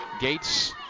Gates